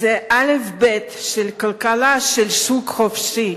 זה אלף-בית של כלכלה של שוק חופשי,